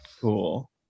cool